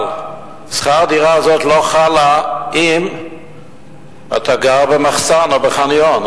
אבל שכר הדירה הזה לא חל אם אתה גר במחסן או בחניון,